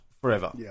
forever